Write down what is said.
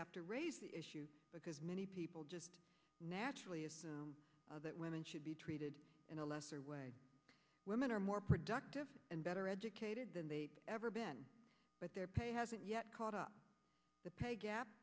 have to raise the issue because many people just naturally assume that women should be treated in a lesser way women are more productive and better educated than they ever been but their pay hasn't yet caught up the pay gap